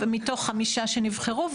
ומתוך חמישה שנבחרו.